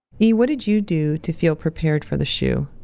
e, what did you do to feel prepared for the shu?